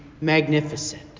magnificent